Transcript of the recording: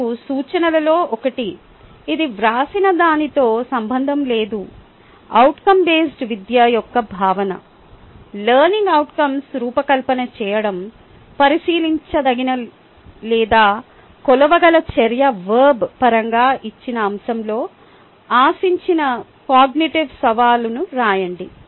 మరియు సూచనలలో ఒకటి ఇది వ్రాసిన దానితో సంబంధం లేదు అవుట్కం బేస్డ్ విద్య యొక్క భావన లెర్నింగ్ అవుట్కంస్ రూపకల్పన చేయడం పరిశీలించదగిన లేదా కొలవగల చర్య వర్బ్ పరంగా ఇచ్చిన అంశంలో ఆశించిన కాగ్నిటివ్ సవాలును రాయండి